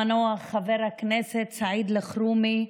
המנוח, חבר הכנסת סעיד אלחרומי.